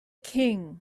king